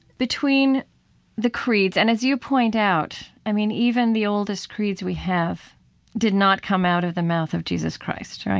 between the creeds. and as you point out, i mean, even the oldest creeds we have did not come out of the mouth of jesus christ,